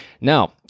Now